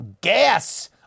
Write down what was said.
gas